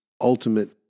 ultimate